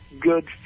good